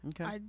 Okay